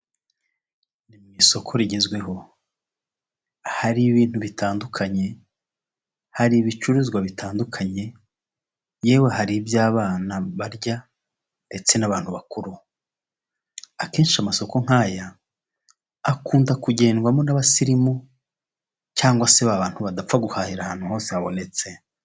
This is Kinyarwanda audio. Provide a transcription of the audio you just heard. Ni mu isoko rigezweho. Hari ibintu bitandukanye hari ibicuruzwa bitandukanye ,yewe hari iby'abana barya ndetse n'abantu bakuru. Akenshi amasoko nk'aya akunda kugendwamo n'abasirimu cyangwa se babantu badapfa guhahira ahantu hose habonetse.